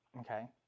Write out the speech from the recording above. okay